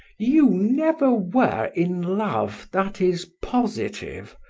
you never were in love, that is positive,